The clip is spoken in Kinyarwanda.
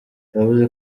yavuze